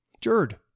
Jerd